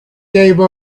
gave